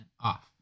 off